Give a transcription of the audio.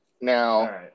Now